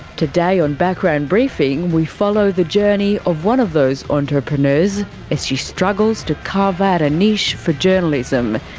today on background briefing we follow the journey of one of those entrepreneurs as she struggles to carve out a niche for journalism,